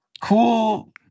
cool